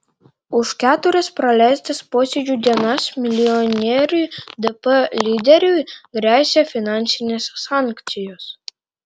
už keturias praleistas posėdžių dienas milijonieriui dp lyderiui gresia finansinės sankcijos